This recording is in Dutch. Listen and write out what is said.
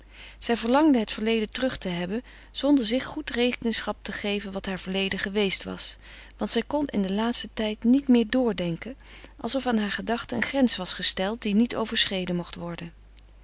zij verlangde het verleden terug te hebben zonder zich goed rekenschap te geven wat haar het verleden geweest was want zij kon in den laatsten tijd niet meer doordenken alsof aan haar gedachten een grens was gesteld die niet overschreden mocht worden